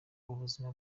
ubuzima